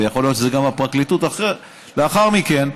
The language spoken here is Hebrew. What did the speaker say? ויכול להיות שזה גם הפרקליטות לאחר מכן,